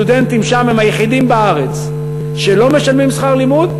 הסטודנטים שם הם היחידים בארץ שלא משלמים שכר לימוד,